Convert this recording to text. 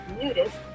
nudist